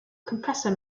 compressor